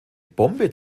bombe